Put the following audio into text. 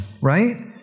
right